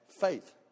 faith